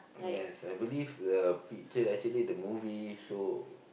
yes I believe the picture actually the movie show